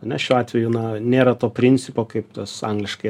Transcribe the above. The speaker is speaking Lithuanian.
ane šiuo atveju na nėra to principo kaip tas angliškai